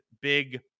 big